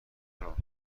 آنها